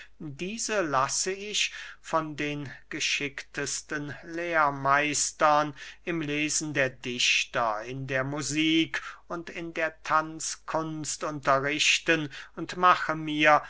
diese lasse ich von den geschicktesten lehrmeistern im lesen der dichter in der musik und in der tanzkunst unterrichten und mache mir